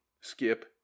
Skip